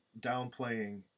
downplaying